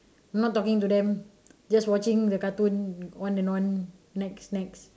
not talking to them just watching the cartoon on and on next next